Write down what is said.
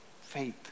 faith